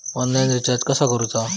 Online recharge कसा करूचा?